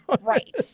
Right